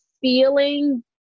feeling